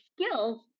skills